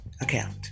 account